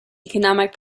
economic